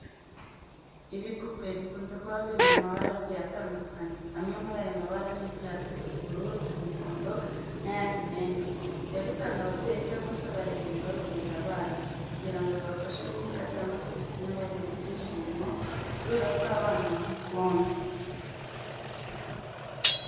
Ibipupe bikunze kuba biri mu mabara agiye atandukanye. Amwe muri ayo mabara ni icyatsi, ubururu, umuhondo n'ayandi menshi. Rero, usanga ababyeyi cyangwa se abarezi babigurira abana, kugira ngo bibafashe guhuga cyangwa se bitume bagira ibyishimo kubera ko abana babikunda.